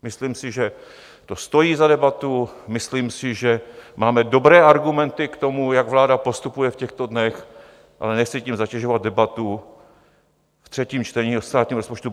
Myslím si, že to stojí za debatu, myslím si, že máme dobré argumenty k tomu, jak vláda postupuje v těchto dnech, ale nechci tím zatěžovat debatu ve třetím čtení státního rozpočtu.